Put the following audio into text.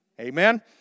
Amen